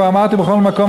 כבר אמרתי בכל מקום,